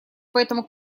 поэтому